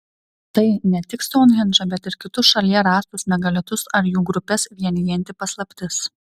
tai ne tik stounhendžą bet ir kitus šalyje rastus megalitus ar jų grupes vienijanti paslaptis